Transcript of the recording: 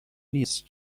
نیست